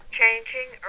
changing